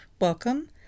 welcome